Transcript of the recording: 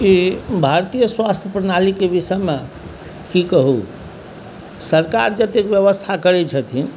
ई भारतीय स्वास्थ्य प्रणालीके विषयमे की कहू सरकार जत्तेक व्यवस्था करैत छथिन